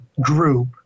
group